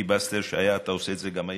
בפיליבסטר שהיה, אתה עושה את זה גם היום.